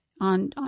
on